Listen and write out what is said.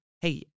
Hey